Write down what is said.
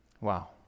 Wow